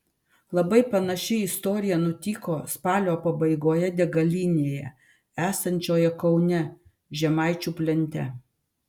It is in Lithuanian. labai panaši istorija nutiko spalio pabaigoje degalinėje esančioje kaune žemaičių plente